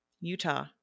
utah